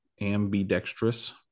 ambidextrous